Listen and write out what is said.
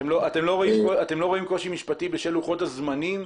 אתם לא רואים קושי משפטי בשל לוחות הזמנים,